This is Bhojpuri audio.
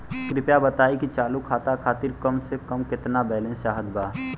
कृपया बताई कि चालू खाता खातिर कम से कम केतना बैलैंस चाहत बा